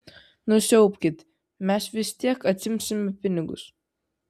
nusiaubkit mes vis tiek atsiimsime pinigus